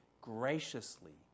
graciously